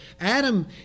Adam